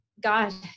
God